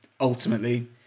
ultimately